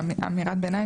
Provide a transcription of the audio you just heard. רק לאמירת ביניים,